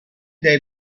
dai